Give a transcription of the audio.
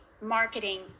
marketing